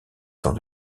dans